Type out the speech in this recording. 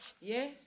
Yes